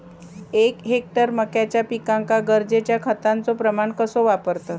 एक हेक्टर मक्याच्या पिकांका गरजेच्या खतांचो प्रमाण कसो वापरतत?